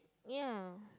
ya